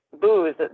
booze